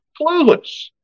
clueless